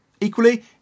Equally